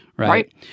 Right